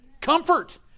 Comfort